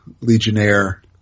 Legionnaire